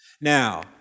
Now